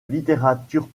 littérature